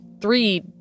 three